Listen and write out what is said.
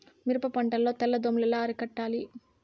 మిరప పంట లో తెల్ల దోమలు ఎలా అరికట్టాలి?